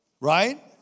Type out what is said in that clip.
Right